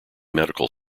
medical